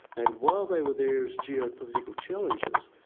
and while they were there as geopolitical challenges,